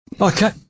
Okay